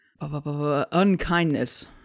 Unkindness